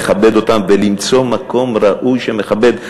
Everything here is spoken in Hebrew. לכבד אותם ולמצוא מקום ראוי שמכבד.